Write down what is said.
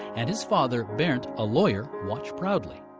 and his father, bernd, a lawyer, watch proudly